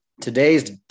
Today's